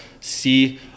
see